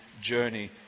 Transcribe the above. journey